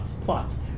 plots